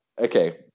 Okay